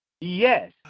Yes